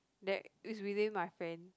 that is within my friend